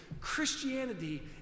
Christianity